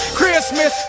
christmas